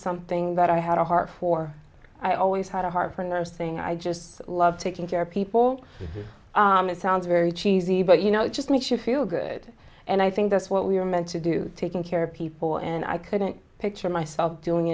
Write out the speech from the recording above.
something that i had a heart for i always had a heart for nursing i just love taking care of people it sounds very cheesy but you know it just makes you feel good and i think that's what we're meant to do taking care of people and i couldn't picture myself doing